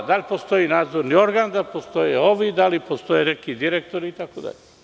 Da li postoji nadzorni organ, da li postoje ovi, da li postoje neki direktori, itd?